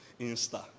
insta